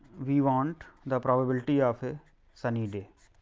we want the probability of a sunny day.